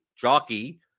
jockey